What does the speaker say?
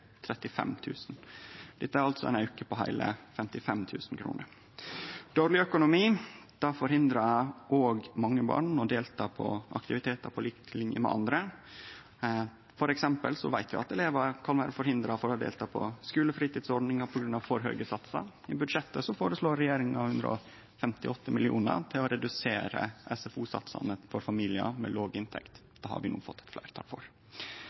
Dette er altså ein auke på heile 55 000 kr. Dårleg økonomi forhindrar mange barn i å delta i aktivitetar på lik linje med andre. For eksempel veit vi at elevar kan vere forhindra frå å delta i skulefritidsordninga på grunn av for høge satsar. I budsjettet føreslår regjeringa 158 mill. kr til å redusere SFO-satsane for familiar med låg inntekt. Det har vi no fått fleirtal for.